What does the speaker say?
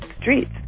streets